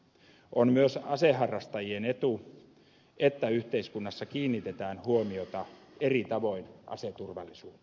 on myös aseharrastajien etu että yhteiskunnassa kiinnitetään huomiota eri tavoin aseturvallisuuteen